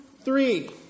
three